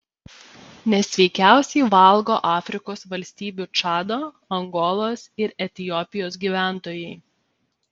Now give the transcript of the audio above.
nesveikiausiai valgo afrikos valstybių čado angolos ir etiopijos gyventojai